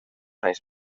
anys